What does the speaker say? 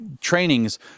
trainings